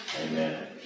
Amen